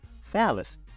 fallacy